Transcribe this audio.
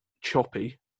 choppy